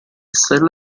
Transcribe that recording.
essere